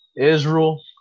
Israel